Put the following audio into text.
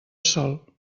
sol